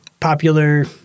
popular